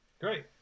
Great